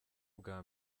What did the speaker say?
bwa